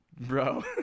Bro